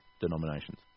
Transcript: denominations